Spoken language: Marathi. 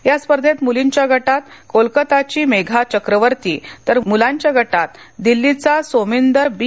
या स्पर्धेत मुलींच्या गटात कोलकाताची मेघा चक्रवर्ती तर मुलांच्या गटात दिल्लीचा सोमिंदर बी